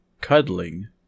Cuddling